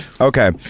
Okay